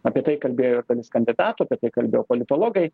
apie tai kalbėjo ir dalis kandidatų apie tai kalbėjo politologai